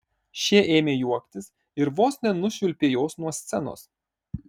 šie ėmė juoktis ir vos nenušvilpė jos nuo scenos